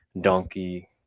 donkey